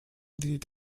did